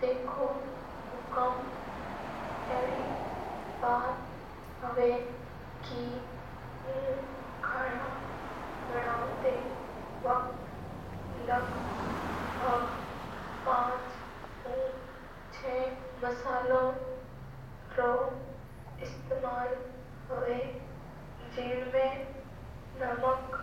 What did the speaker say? Dheko sa hkm adi baat hava ke sabji banava vasat manaka allag allag masala ra aupeyog keya kara ha. Jiasa ke mirchi, namak,